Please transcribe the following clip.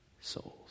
souls